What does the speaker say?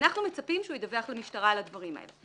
אנחנו מצפים שהוא ידווח למשטרה על הדברים האלה.